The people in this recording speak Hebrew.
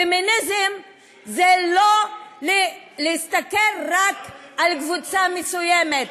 פמיניזם זה לא להסתכל רק על קבוצה מסוימת,